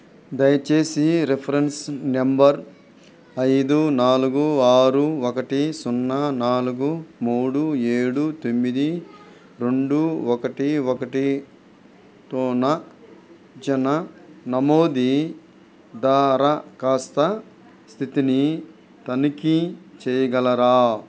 దయచేసి reference number ఐదు నాలుగు ఆరు ఒకటి సున్నా నాలుగు మూడు ఏడు తొమ్మిది రెండు ఒకటి ఒకటితో నా జనన నమోదు ద్వారా కాస్త స్థితిని తనిఖీ చెయ్యగలరా